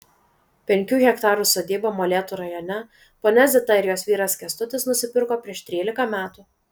penkių hektarų sodybą molėtų rajone ponia zita ir jos vyras kęstutis nusipirko prieš trylika metų